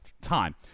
time